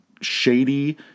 shady